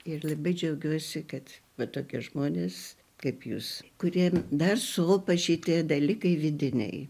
ir labai džiaugiuosi kad va tokie žmonės kaip jūs kuriem dar sopa šitie dalykai vidiniai